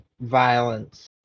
violence